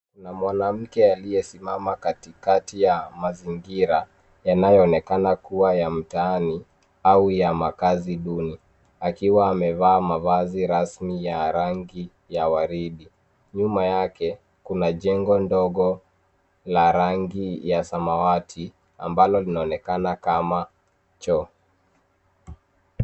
Kuna mwanamke aliyesimama katikati ya mazingira yanaonekana kuwa ya mtaani au ya makazi duni, akiwa amevaa mavasi rasmi ya rangi ya waride. nyuma yake kuna jengo ndogo la rangi ya samawati ambalo linaonekana kama choo.